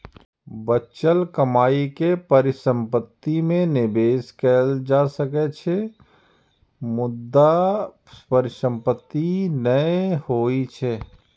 बचल कमाइ के परिसंपत्ति मे निवेश कैल जा सकै छै, मुदा परिसंपत्ति नै होइ छै